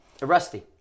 Rusty